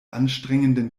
anstrengenden